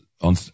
on